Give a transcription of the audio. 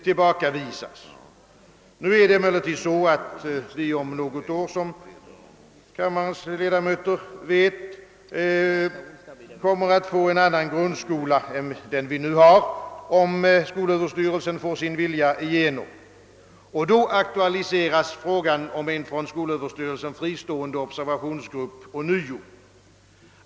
Om något år kommer, såsom kammarens ledamöter vet, grundskolan att förändras om skolöverstyrelsen får sin vilja igenom. Då aktualiseras frågan om en från skolöverstyrelsen fristående observationsgrupp ånyo.